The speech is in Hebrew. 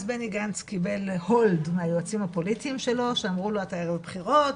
בני גנץ קיבל הולד מהיועצים הפוליטיים שלו שאמרו לו - אתה בבחירות,